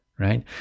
right